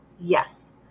Yes